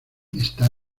está